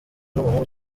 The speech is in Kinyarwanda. n’umuhungu